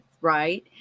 right